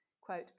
quote